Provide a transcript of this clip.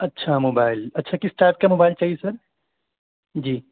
اچھا موبائل اچھا کس ٹائپ کا موبائل چاہیے سر جی